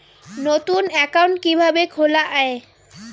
নতুন একাউন্ট কিভাবে খোলা য়ায়?